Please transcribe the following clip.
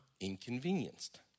inconvenienced